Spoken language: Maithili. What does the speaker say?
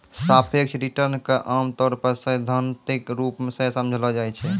सापेक्ष रिटर्न क आमतौर पर सैद्धांतिक रूप सें समझलो जाय छै